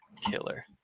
killer